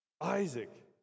Isaac